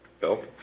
Bill